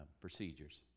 procedures